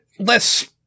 Less